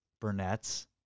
Burnett's